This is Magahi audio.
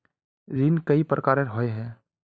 ऋण कई प्रकार होए है?